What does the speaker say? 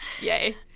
yay